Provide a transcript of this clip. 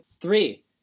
three